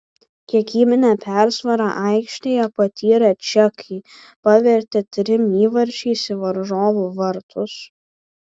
kiekybinę persvarą aikštėje patyrę čekai pavertė trim įvarčiais į varžovų vartus